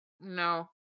No